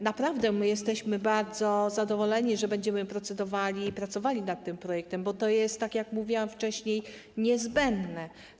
Naprawdę jesteśmy bardzo zadowoleni, że będziemy procedowali i pracowali nad tym projektem, bo to jest, tak jak mówiłam wcześniej, niezbędne.